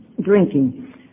drinking